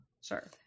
Sure